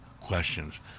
questions